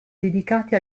dedicati